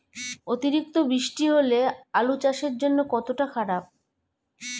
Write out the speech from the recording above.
অতিরিক্ত বৃষ্টি হলে আলু চাষের জন্য কতটা খারাপ?